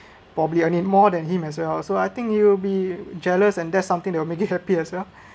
probably I need more than him as well so I think he will be jealous and that's something that will make me happy as well